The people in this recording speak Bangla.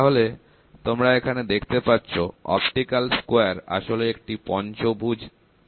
তাহলে তোমরা এখানে দেখতে পাচ্ছো অপটিক্যাল স্কয়ার আসলে একটি পঞ্চভুজ প্রিজম